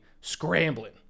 scrambling